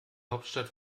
hauptstadt